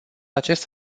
acest